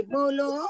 Bolo